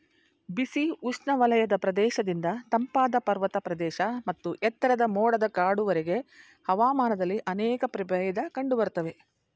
ಬಿಸಿ ಉಷ್ಣವಲಯದ ಪ್ರದೇಶದಿಂದ ತಂಪಾದ ಪರ್ವತ ಪ್ರದೇಶ ಮತ್ತು ಎತ್ತರದ ಮೋಡದ ಕಾಡುವರೆಗೆ ಹವಾಮಾನದಲ್ಲಿ ಅನೇಕ ಪ್ರಭೇದ ಕಂಡುಬರ್ತವೆ